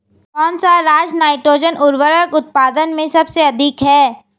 कौन सा राज नाइट्रोजन उर्वरक उत्पादन में सबसे अधिक है?